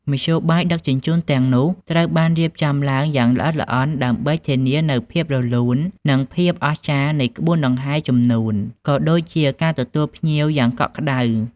មធ្យោបាយដឹកជញ្ជូនទាំងនោះត្រូវបានរៀបចំឡើងយ៉ាងល្អិតល្អន់ដើម្បីធានានូវភាពរលូន និងភាពអស្ចារ្យនៃក្បួនដង្ហែរជំនូន ក៏ដូចជាការទទួលភ្ញៀវយ៉ាងកក់ក្តៅ។